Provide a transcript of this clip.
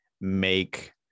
make